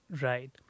Right